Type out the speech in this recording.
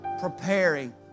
preparing